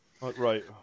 Right